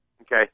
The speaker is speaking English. okay